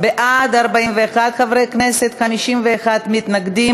עבד אל חכים חאג' יחיא, חנין זועבי, דב חנין,